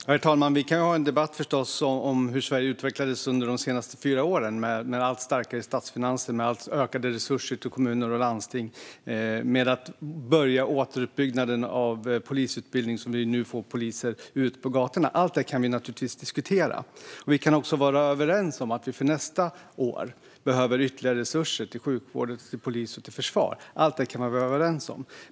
Herr talman! Vi kan ha en debatt, förstås, om hur Sverige utvecklades under de senaste fyra åren. Det blev allt starkare statsfinanser och ökade resurser till kommuner och landsting. Återuppbyggnaden av polisutbildningen påbörjades, så att vi nu får ut poliser på gatorna. Allt det kan vi naturligtvis diskutera. Vi kan också vara överens om att vi för nästa år behöver ytterligare resurser till sjukvård, polis och försvar. Allt det kan vi vara överens om.